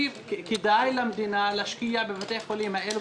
כדאי למדינה להשקיע בבתי החולים האלה,